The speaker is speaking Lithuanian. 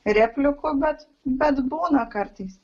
replikų bet bet būna kartais